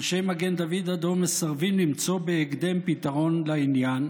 אנשי מגן דוד אדום מסרבים למצוא בהקדם פתרון לעניין,